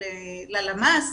ללמ"ס,